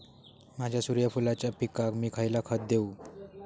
माझ्या सूर्यफुलाच्या पिकाक मी खयला खत देवू?